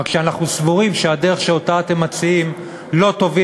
רק שאנחנו סבורים שהדרך שאתם מציעים לא תוביל